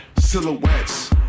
silhouettes